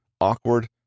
awkward